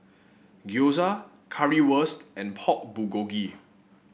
Gyoza Currywurst and Pork Bulgogi